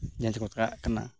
ᱡᱟᱦᱟᱸ ᱪᱮᱠᱚ ᱯᱟᱲᱟᱜ ᱠᱟᱱᱟ